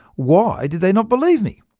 why did they not believe me?